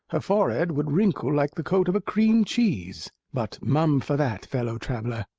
her forehead would wrinkle like the coat of a cream cheese but mum for that, fellow-traveller.